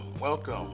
welcome